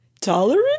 Tolerant